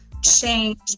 change